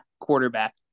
quarterback